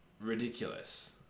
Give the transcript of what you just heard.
ridiculous